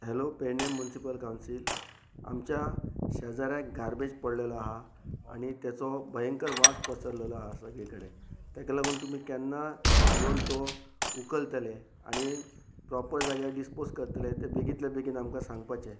hello Pednem municipal council आमच्या शेजाऱ्याक garbage पडलेलो आसा आनी तेचो भयंकर वास पसरलेलो आसा सगळे कडेन ताका लागून तुमी केन्ना येवन तो उखलतले आनी प्रोपर जाग्यार डिसपोज करतले ते बेगींतल्या बेगीन आमकां सांगपाचें